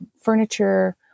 furniture